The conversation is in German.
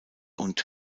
und